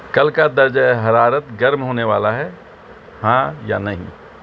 کل کا درجۂ حرارت گرم ہونے والا ہے ہاں یا نہیں